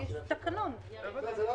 תודה.